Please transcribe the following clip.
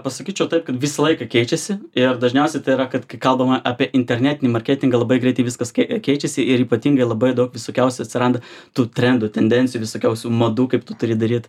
pasakyčiau taip visą laiką keičiasi ir dažniausiai tai yra kad kai kalbama apie internetinį marketingą labai greitai viskas keičiasi ir ypatingai labai daug visokiausių atsiranda tų trendų tendencijų visokiausių madų kaip tu turi daryt